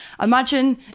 imagine